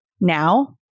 now